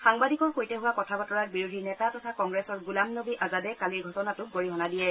সাংবাদিকৰ সৈতে হোৱা কথা বতৰাত বিৰোধীৰ নেতা তথা কংগ্ৰেছৰ গোলাম নবী আজাদে কালিৰ ঘটনাটোক গৰিহণা দিয়ে